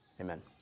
Amen